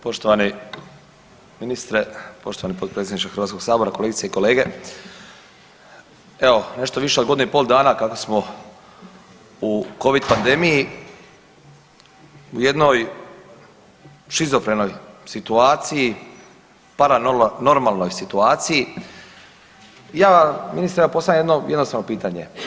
Poštovani ministre, poštovani potpredsjedniče Hrvatskog sabora, kolegice i kolege, evo nešto više od godinu i pol dana kada smo u Covid pandemiji u jednoj šizofrenoj situaciji, paranormalnoj situaciji ja ministre, ja postavljam jedno jednostavno pitanje.